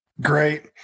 Great